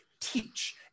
Teach